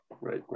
right